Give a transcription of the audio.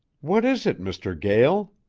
what is it, mr. gael?